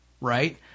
Right